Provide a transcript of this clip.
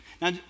Now